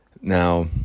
Now